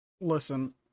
Listen